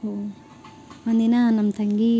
ಹೋ ಒಂದಿನ ನಮ್ಮ ತಂಗೀ